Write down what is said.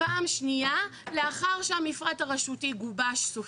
פעם שנייה לאחר שהמפרט הרשותי גובש סופית.